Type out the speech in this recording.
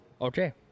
Okay